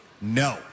No